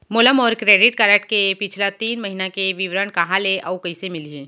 मोला मोर credit card के पिछला तीन महीना के विवरण कहाँ ले अऊ कइसे मिलही?